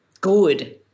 good